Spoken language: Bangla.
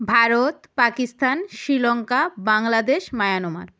ভারত পাকিস্তান শ্রীলঙ্কা বাংলাদেশ মায়ানামার